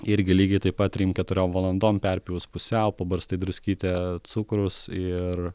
irgi lygiai taip pat trim keturiom valandom perpjovus pusiau pabarstai druskyte cukrus ir